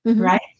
Right